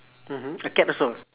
mmhmm a cat also